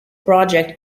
project